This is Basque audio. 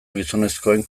gizonezkoen